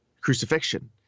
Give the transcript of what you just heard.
crucifixion